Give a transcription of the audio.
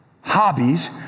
hobbies